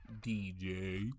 DJ